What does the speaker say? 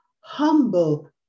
humble